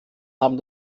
haben